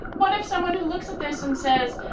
what if someone who looks at this and says,